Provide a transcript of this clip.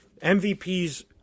MVP's